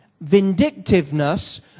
vindictiveness